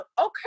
okay